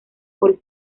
por